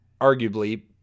arguably